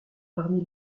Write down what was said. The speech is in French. parmi